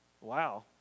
Wow